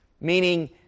Meaning